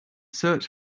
search